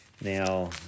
Now